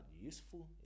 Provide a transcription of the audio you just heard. useful